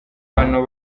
bano